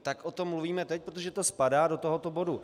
Tak o tom mluvíme teď, protože to spadá do tohoto bodu.